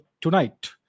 tonight